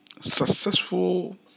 successful